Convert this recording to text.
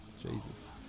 Jesus